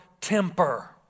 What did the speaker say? temper